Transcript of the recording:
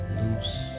loose